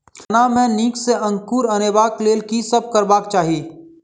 चना मे नीक सँ अंकुर अनेबाक लेल की सब करबाक चाहि?